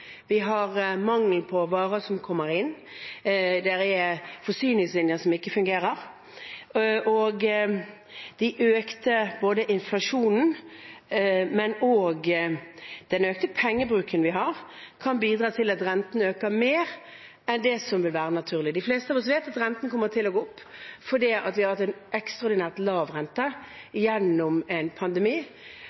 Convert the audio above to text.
Vi har mangel på varer, som ikke kommer inn, det er forsyningslinjer som ikke fungerer. Og både den økte inflasjonen og den økte pengebruken vi har, kan bidra til at rentene øker mer enn det som vil være naturlig. De fleste av oss vet at rentene kommer til å gå opp fordi vi har hatt en ekstraordinær lav rente gjennom en pandemi,